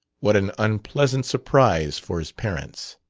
what an unpleasant surprise for his parents!